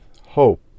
hope